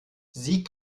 sie